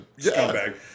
scumbag